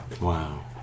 Wow